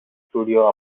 studio